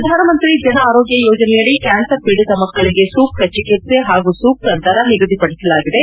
ಪ್ರಧಾನಮಂತ್ರಿ ಜನ ಆರೋಗ್ಲ ಯೋಜನೆಯಡಿ ಕ್ಲಾನ್ಸರ್ ಒೀಡಿತ ಮಕ್ಕಳಿಗೆ ಸೂಕ್ತ ಚಿಕಿತ್ಸೆ ಹಾಗೂ ಸೂಕ್ತ ದರ ನಿಗದಿಪಡಿಸಲಾಗಿದೆ